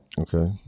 Okay